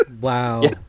Wow